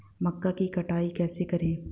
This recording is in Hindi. मक्का की कटाई कैसे करें?